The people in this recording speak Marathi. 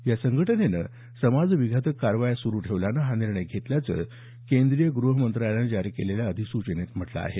या संघटनेनं समाज विघातक कारवाया सुरुच ठेवल्यानं हा निर्णय घेतल्याचं केंद्रीय ग्रहमंत्रालयानं जारी केलेल्या अधिसूचनेत म्हटलं आहे